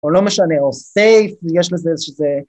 ‫או לא משנה, או סייף, יש לזה איזה שזה...